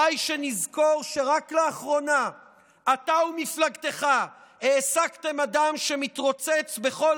די שנזכור שרק לאחרונה אתה ומפלגתך העסקתם אדם שמתרוצץ בכל